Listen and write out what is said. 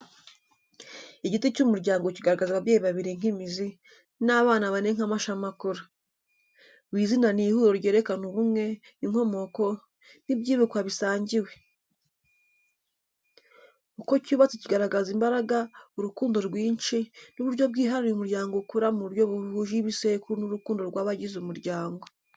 Igiti cy’umuryango kigaragaza ababyeyi babiri nk’imizi, n’abana bane nk’amashami akura. Buri zina n’ihuriro ryerekana ubumwe, inkomoko, n’ibyibukwa bisangiwe. Uko cyubatse kigaragaza imbaraga, urukundo rwinshi, n’uburyo bwihariye umuryango ukura mu buryo buhuje ibisekuru n’urukundo rw’abagize umuryango.